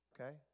Okay